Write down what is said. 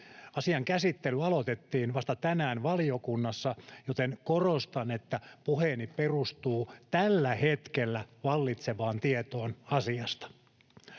Asian käsittely aloitettiin vasta tänään valiokunnassa, joten korostan, että puheeni perustuu tällä hetkellä vallitsevaan tietoon asiasta.